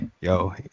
yo